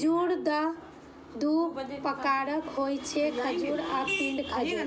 खजूर दू प्रकारक होइ छै, खजूर आ पिंड खजूर